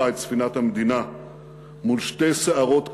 את ספינת המדינה מול שתי סערות כבירות: